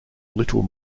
little